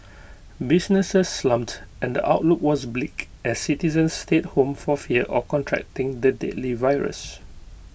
businesses slumped and the outlook was bleak as citizens stayed home for fear of contracting the deadly virus